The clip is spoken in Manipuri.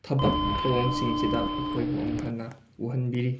ꯊꯕꯛ ꯊꯧꯑꯣꯡꯁꯤꯡꯁꯤꯗ ꯑꯩꯈꯣꯏꯕꯨ ꯑꯃꯨꯛ ꯍꯟꯅ ꯎꯍꯟꯕꯤꯔꯤ